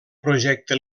projecte